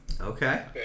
Okay